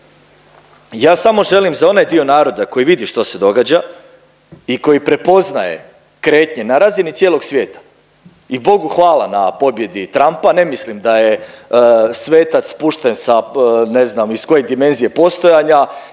Ja samo želim za onaj dio naroda koji vidi što se događa i koji prepoznaje kretnje na razini cijelog svijeta i Bogu hvala na pobjedi Trumpa, ne mislim da je svetac pušten sa ne znam iz koje dimenzije postojanja